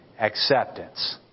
acceptance